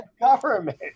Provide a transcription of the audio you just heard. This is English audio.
government